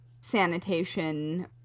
sanitation